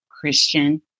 Christian